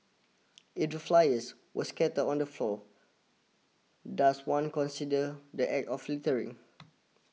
flyers were scattered on the floor does one consider the act of littering